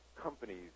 companies